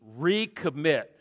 recommit